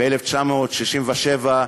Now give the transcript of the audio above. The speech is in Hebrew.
ב-1967,